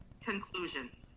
conclusion